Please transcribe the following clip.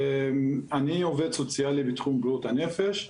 אני עובד סוציאלי בתחום בריאות הנפש.